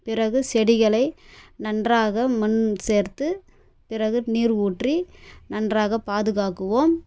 பிறகு செடிகளை நன்றாக மண் சேர்த்து பிறகு நீர் ஊற்றி நன்றாக பாதுகாக்குவோம்